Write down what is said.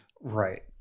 Right